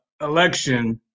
election